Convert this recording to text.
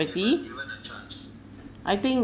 property I think